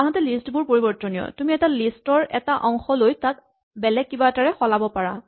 আনহাতে লিষ্ট বোৰ পৰিবৰ্তনীয় তুমি এটা লিষ্ট ৰ এটা অংশ লৈ তাক আন বেলেগ কিবাৰে সলাব পাৰা